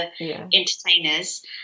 entertainers